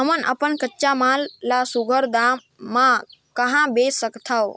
हमन अपन कच्चा माल ल सुघ्घर दाम म कहा बेच सकथन?